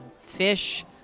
fish